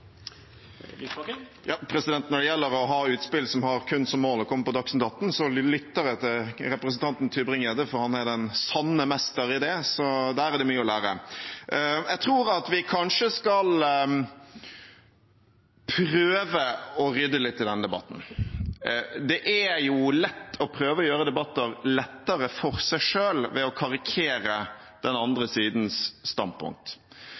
Lysbakken og SV til å fremme forslag, og ikke bare prøve å komme på Dagsnytt atten. for det er det som kommer til å skje. Når det gjelder å ha utspill med kun som mål å komme på Dagsnytt atten, lytter jeg til representanten Tybring-Gjedde, for han er den sanne mester i det. Der er det mye å lære. Jeg tror vi kanskje skal prøve å rydde litt i denne debatten. Det er lett å prøve å gjøre debatter lettere for